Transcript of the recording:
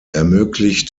ermöglicht